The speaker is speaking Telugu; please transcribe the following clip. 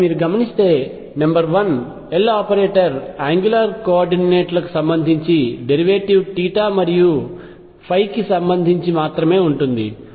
కాబట్టి మీరు గమనిస్తే number one Loperator angular coordinate లకు సంబంధించి డెరివేటివ్ θ మరియు ϕ కి సంబంధించి మాత్రమే ఉంటుంది